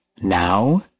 now